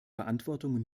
verantwortung